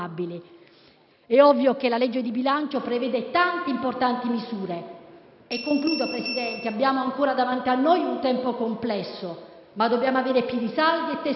È ovvio che la legge di bilancio prevede tante importanti misure. Abbiamo ancora davanti a noi un tempo complesso, ma dobbiamo avere piedi saldi e testa lunga.